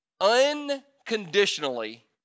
unconditionally